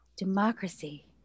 democracy